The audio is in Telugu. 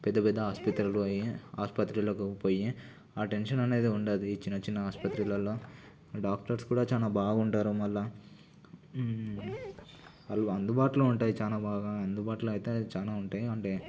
పెద్ద పెద్ద ఆసుపత్రులకి పోయి ఆస్పత్రిలోకి పోయి ఆ టెన్షన్ అనేది ఉండదు ఈ చిన్న చిన్న ఆసుపత్రులలో డాక్టర్స్ కూడా చాలా బాగుంటారు మళ్ళీ వాళ్ళు అందుబాటులో ఉంటాయి చాలా బాగా అందుబాటులో అయితే చాలా ఉంటాయి అంటే